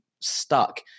stuck